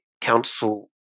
council